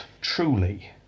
truly